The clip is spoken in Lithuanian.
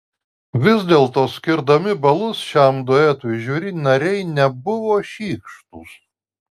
vis dėlto skirdami balus šiam duetui žiuri nariai nebuvo šykštūs